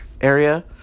area